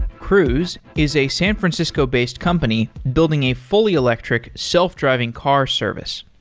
cruise is a san francisco based company building a fully electric, self-driving car service.